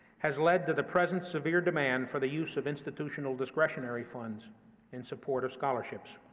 has led to the present severe demand for the use of institutional discretionary funds in support of scholarships.